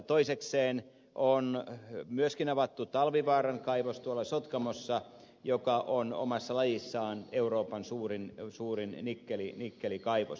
toisekseen on myöskin avattu tuolla sotkamossa talvivaaran kaivos joka on omassa lajissaan euroopan suurin nikkelikaivos